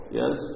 yes